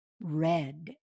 red